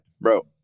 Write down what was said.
bro